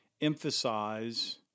emphasize